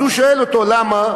אז הוא שואל אותו: למה,